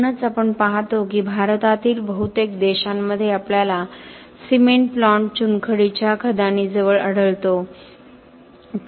म्हणूनच आपण पाहतो की भारतातील बहुतेक देशांमध्ये आपल्याला सिमेंट प्लांट चुनखडीच्या खदानीजवळ आढळतो